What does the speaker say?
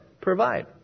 provide